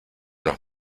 los